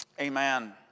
Amen